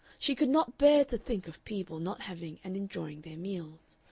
she could not bear to think of people not having and enjoying their meals.